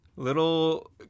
Little